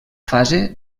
fase